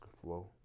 flow